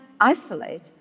isolate